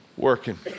Working